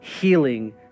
healing